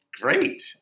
great